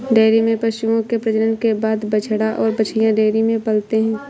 dairy में पशुओं के प्रजनन के बाद बछड़ा और बाछियाँ डेयरी में पलते हैं